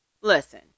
Listen